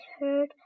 heard